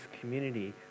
community